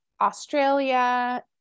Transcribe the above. Australia